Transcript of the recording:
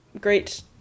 Great